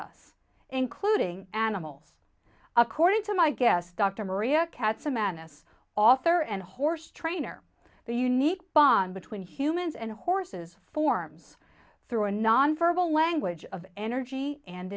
us including animals according to my guest dr maria katz a madness author and horse trainer the unique bond between humans and horses forms through a non verbal language of energy and